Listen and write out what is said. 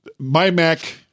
MyMac